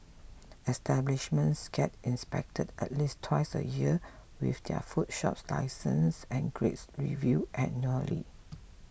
establishments get inspected at least twice a year with their food shop licences and grades reviewed annually